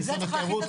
משרד התיירות,